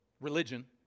religion